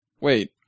Wait